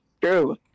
true